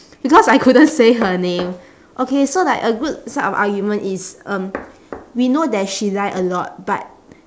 because I couldn't say her name okay so like a good side of argument is um we know that she lie a lot but